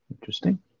Interesting